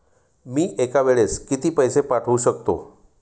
मी एका वेळेस किती पैसे पाठवू शकतो?